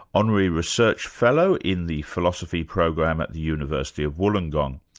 honorary research fellow in the philosophy program at the university of wollongong.